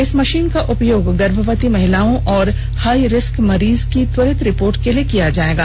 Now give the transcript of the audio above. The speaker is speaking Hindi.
इस मशीन का उपयोग गर्भवती महिलाएं और हाई रिस्क मरीज की त्वरित रिपोर्ट के लिए किया जाएगा